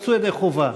יצאו ידי חובה,